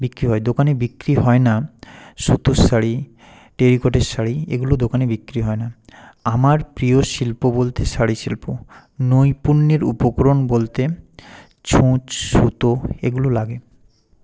বিক্রি হয় দোকানে বিক্রি হয় না সুতির শাড়ি টেরিকটের শাড়ি এগুলো দোকানে বিক্রি হয় না আমার প্রিয় শিল্প বলতে শাড়ি শিল্প নৈপুণ্যের উপকরণ বলতে ছুঁচ সুতো এগুলো লাগে